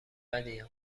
بدیم